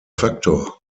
faktor